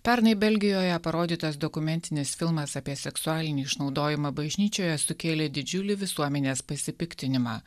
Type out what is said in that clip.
pernai belgijoje parodytas dokumentinis filmas apie seksualinį išnaudojimą bažnyčioje sukėlė didžiulį visuomenės pasipiktinimą